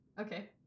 Okay